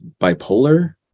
bipolar